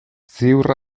ziur